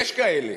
יש כאלה.